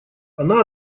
она